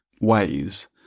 ways